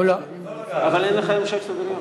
לא לגעת.